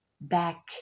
back